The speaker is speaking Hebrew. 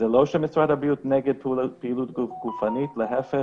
זה לא שמשרד הבריאות נגד פעילות גופנית, להיפך.